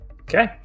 Okay